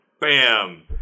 bam